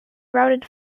routed